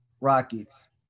Rockets